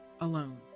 alone